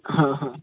हांहां